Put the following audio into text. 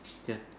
can